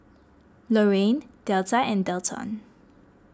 Lorrayne Delta and Delton